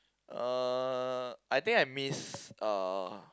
uh I think I miss uh